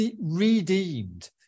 redeemed